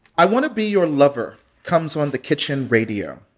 i wanna be your lover comes on the kitchen radio.